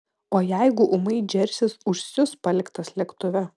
o jeigu ūmai džersis užsius paliktas lėktuve